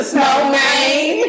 snowman